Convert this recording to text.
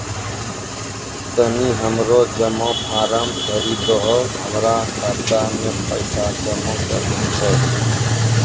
तनी हमरो जमा फारम भरी दहो, हमरा खाता मे पैसा जमा करना छै